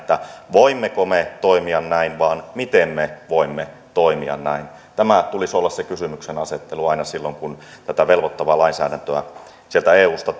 voimmeko me toimia näin vaan miten me voimme toimia näin tämän tulisi olla se kysymyksenasettelu aina silloin kun tätä velvoittavaa lainsäädäntöä sieltä eusta